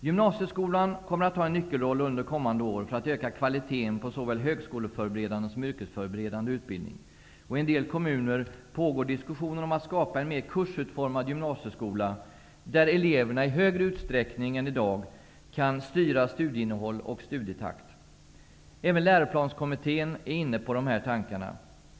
Gymnasieskolan kommer att ha en nyckelroll under kommande år för att öka kvaliteten på såväl högskoleförberedande som yrkesförberedande utbildning. I en del kommuner pågår diskussioner om att skapa en mer kursutformad gymnasieskola där eleverna i högre utsträckning än i dag kan styra studieinnehåll och studietakt. Även Läroplanskommittén är inne på dessa tankar.